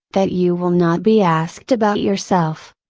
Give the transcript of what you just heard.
that you will not be asked about yourself.